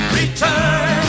return